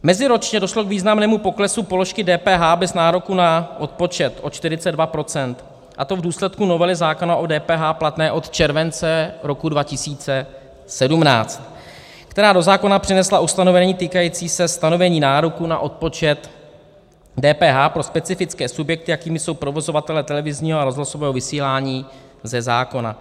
Meziročně došlo k významnému poklesu položky DPH bez nároku na odpočet, o 42 procent, a to v důsledku novely zákona o DPH platné od července 2017, která do zákona přinesla ustanovení týkající se stanovení nároku na odpočet DPH pro specifické subjekty, jakými jsou provozovatelé televizního a rozhlasového vysílání ze zákona.